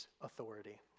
authority